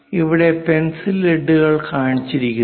ഇവിടെ പെൻസിൽ ലെഡ്കൾ കാണിച്ചിരിക്കുന്നു